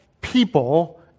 people